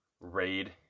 Raid